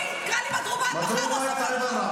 חברת הכנסת גוטליב.